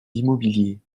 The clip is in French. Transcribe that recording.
d’immobilier